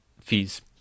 fees